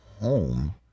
home